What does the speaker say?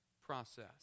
process